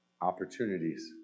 opportunities